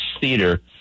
theater